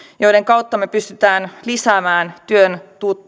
joiden kautta me pystymme lisäämään työn